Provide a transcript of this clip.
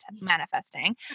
manifesting